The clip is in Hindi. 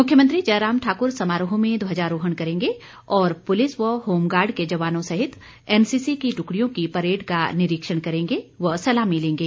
मुख्यमंत्री जयराम ठाकुर समारोह में ध्वजारोहण करेंगे और पुलिस व होमगार्ड के जवानों सहित एनसीसी की ट्कड़ियों की परेड का निरीक्षण करेंगे व सलामी लेंगे